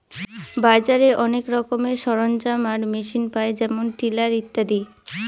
বাজারে অনেক রকমের সরঞ্জাম আর মেশিন পায় যেমন টিলার ইত্যাদি